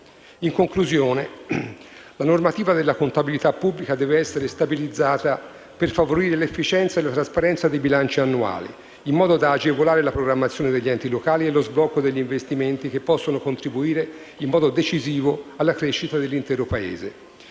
In conclusione, la normativa della contabilità pubblica deve essere stabilizzata per favorire l'efficienza e la trasparenza dei bilanci annuali, in modo da agevolare la programmazione degli enti locali e lo sblocco degli investimenti che possono contribuire in modo decisivo alla crescita dell'intero Paese.